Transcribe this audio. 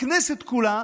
הכנסת כולה